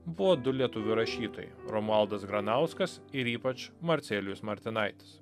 buvo du lietuvių rašytojai romualdas granauskas ir ypač marcelijus martinaitis